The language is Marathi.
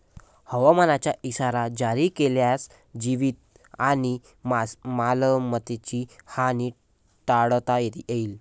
हवामानाचा इशारा जारी केल्यास जीवित आणि मालमत्तेची हानी टाळता येईल